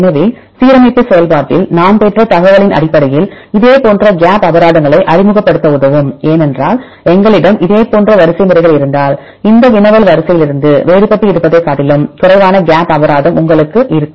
எனவே சீரமைப்பு செயல்பாட்டில் நாம் பெற்ற தகவலின் அடிப்படையில் இதேபோன்ற கேப் அபராதங்களை அறிமுகப்படுத்த உதவும் ஏனென்றால் எங்களிடம் இதேபோன்ற வரிசைமுறைகள் இருந்தால் இந்த வினவல் வரிசையிலிருந்து வேறுபட்டு இருப்பதைக் காட்டிலும் குறைவான கேப் அபராதம் உங்களுக்கு இருக்கும்